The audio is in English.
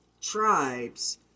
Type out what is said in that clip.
tribes